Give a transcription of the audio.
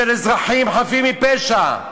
של אזרחים חפים מפשע,